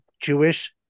Jewish